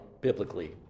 biblically